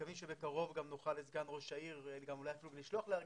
מקווים שבקרוב נוכל לשלוח מישהו לארגנטינה.